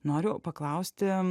noriu paklausti